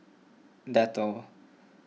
Dettol